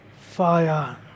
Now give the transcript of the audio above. fire